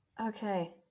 Okay